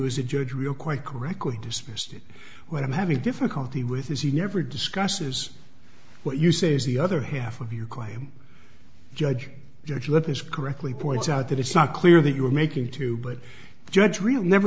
is a judge really quite correctly dismissed it when i'm having difficulty with this he never discusses what you say is the other half of your claim judge judge let this correctly points out that it's not clear that you were making too but the judge really never